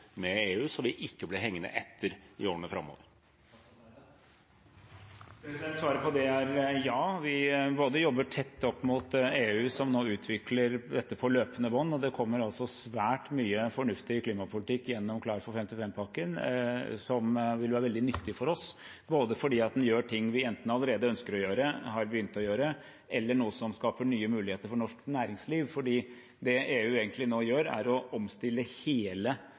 med EU, så vi ikke blir hengende etter i årene framover? Svaret på det er ja. Vi jobber tett opp mot EU, som nå utvikler dette på løpende bånd. Det kommer svært mye fornuftig klimapolitikk gjennom Klar for 55-pakken som vil være veldig nyttig for oss – både fordi den gjør ting vi allerede enten ønsker å gjøre eller har begynt å gjøre, eller gjør noe som skaper nye muligheter for norsk næringsliv. Det EU nå egentlig gjør, er å omstille hele